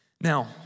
Now